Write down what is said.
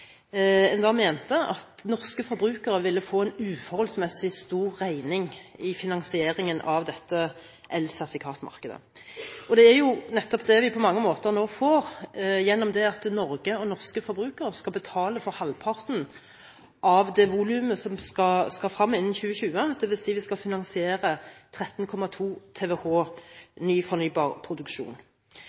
en da mente at norske forbrukere ville få en uforholdsmessig stor regning i forbindelse med finansieringen av dette markedet. Det er jo nettopp det vi på mange måter nå får, gjennom det at Norge og norske forbrukere skal betale for halvparten av det volumet som skal frem innen 2020, dvs. at vi skal finansiere 13,2 TWh ny fornybar produksjon.